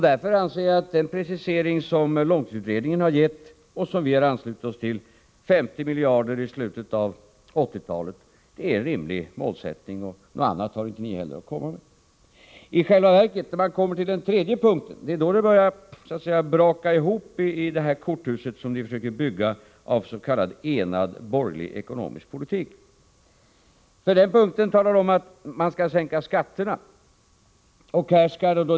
Jag anser att den precisering som långtidsutredningen har gjort och som vi har anslutit oss till — 50 miljarder i slutet av 1980-talet — är en rimlig målsättning. Något annat har inte heller ni att komma med. I själva verket är det när man kommer till den tredje punkten som det korthus som ni försöker bygga av en s.k. enad borgerlig ekonomisk politik börjar braka ihop. På den punkten säger ni att man skall sänka skatterna.